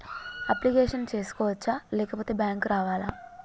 Application చేసుకోవచ్చా లేకపోతే bank రావాలా?